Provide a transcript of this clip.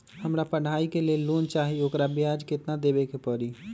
हमरा पढ़ाई के लेल लोन चाहि, ओकर ब्याज केतना दबे के परी?